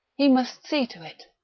he must see to it.